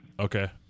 Okay